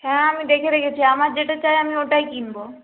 হ্যাঁ আমি দেখে রেখেছি আমার যেটা চাই আমি ওটাই কিনবো